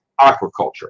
aquaculture